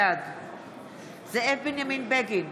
בעד זאב בנימין בגין,